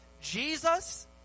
Jesus